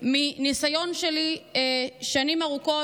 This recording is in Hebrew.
מהניסיון שלי שנים ארוכות,